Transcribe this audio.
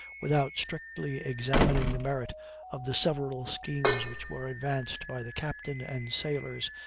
without strictly examining the merit of the several schemes which were advanced by the captain and sailors,